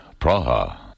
Praha